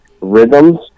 rhythms